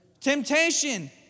Temptation